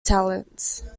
talents